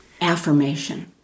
affirmation